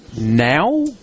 now